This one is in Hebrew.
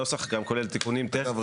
הנוסח גם כולל תיקונים טכניים --- אגב,